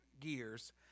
gears